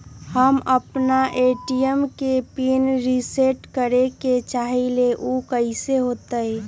हम अपना ए.टी.एम के पिन रिसेट करे के चाहईले उ कईसे होतई?